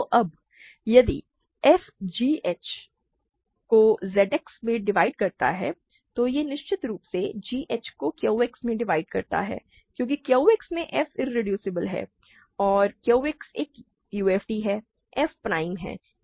तो अब यदि f g h को Z X में डिवाइड करता है तो यह निश्चित रूप से g h को Q X में डिवाइड करता है क्योंकि Q X में f इरेड्यूसिबल है और Q X एक UFD है f प्राइम है